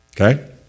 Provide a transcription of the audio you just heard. Okay